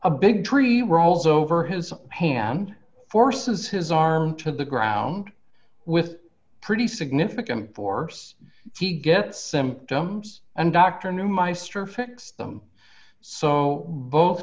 a big tree rolled over his hand forces his arm to the ground with pretty significant force he gets symptoms and dr knew my sister fixed them so both